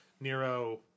Nero